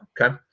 Okay